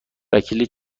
وکیل